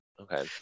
Okay